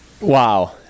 Wow